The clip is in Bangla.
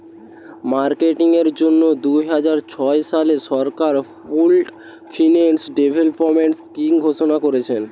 মার্কেটিং এর জন্যে দুইহাজার ছয় সালে সরকার পুল্ড ফিন্যান্স ডেভেলপমেন্ট স্কিং ঘোষণা কোরেছে